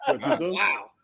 Wow